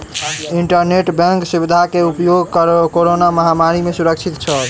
internet bank सुविधा के उपयोग कोरोना महामारी में सुरक्षित छल